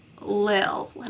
Lil